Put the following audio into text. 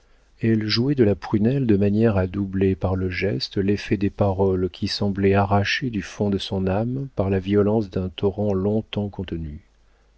elle jouait de la prunelle de manière à doubler par le geste l'effet des paroles qui semblaient arrachées du fond de son âme par la violence d'un torrent longtemps contenu